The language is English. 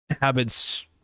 habits